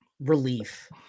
relief